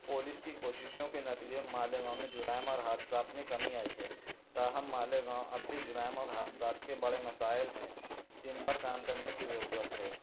police کی کوششوں کے نتیجے میں مالیگاؤں میں جرائم اور حادثات میں کمی آئی ہے تاہم مالیگاؤں اب بھی جرائم اور حادثات کے بڑے مسائل ہیں جن پر کام کرنے کی ضرورت ہے